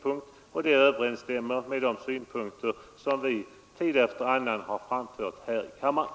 Detta system överensstämmer med de synpunkter som vi tid efter annan framfört här i kammaren.